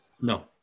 No